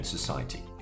Society